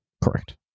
Correct